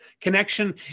Connection